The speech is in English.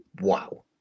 wow